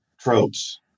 tropes